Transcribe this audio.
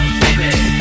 baby